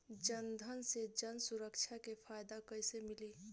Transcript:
जनधन से जन सुरक्षा के फायदा कैसे मिली?